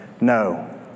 No